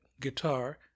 guitar